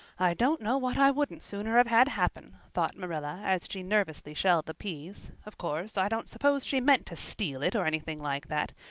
i don't know what i wouldn't sooner have had happen, thought marilla, as she nervously shelled the peas. of course, i don't suppose she meant to steal it or anything like that.